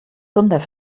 zunder